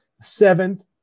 seventh